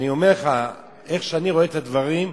איך שאני רואה את הדברים,